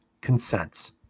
consents